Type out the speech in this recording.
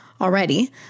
already